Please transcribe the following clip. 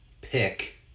pick